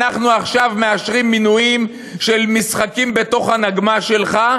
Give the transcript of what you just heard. אנחנו עכשיו מאשרים מינויים של משחקים בתוך הנגמ"ש שלך,